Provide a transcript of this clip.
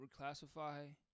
reclassify